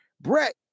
Brett